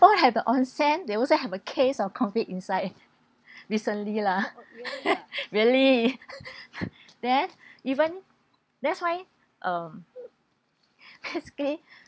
have the onsen there also have a case of COVID inside recently lah really then even that's why um basically